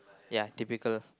ya typical